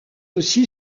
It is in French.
aussi